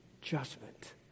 judgment